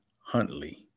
Huntley